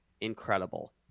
Incredible